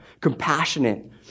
compassionate